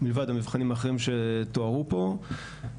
מלבד המבחנים האחרים שתוארו פה,